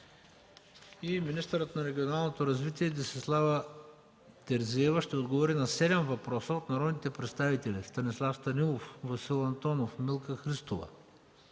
7. Министърът на регионалното развитие Десислава Терзиева ще отговори на седем въпроса от народните представители Станислав Станилов, Васил Антонов, Милка Христова,